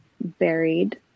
buried